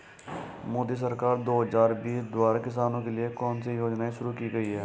मोदी सरकार दो हज़ार बीस द्वारा किसानों के लिए कौन सी योजनाएं शुरू की गई हैं?